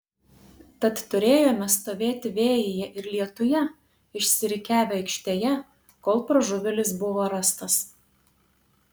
tad turėjome stovėti vėjyje ir lietuje išsirikiavę aikštėje kol pražuvėlis buvo rastas